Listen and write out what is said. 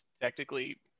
Technically